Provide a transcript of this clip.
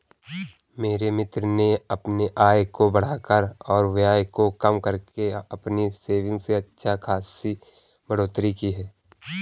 मेरे मित्र ने अपने आय को बढ़ाकर और व्यय को कम करके अपनी सेविंग्स में अच्छा खासी बढ़ोत्तरी की